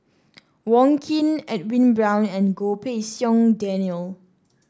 Wong Keen Edwin Brown and Goh Pei Siong Daniel